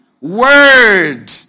word